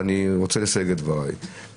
ואני רוצה לסייג את דבריי,